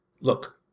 Look